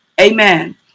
Amen